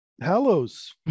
Hallows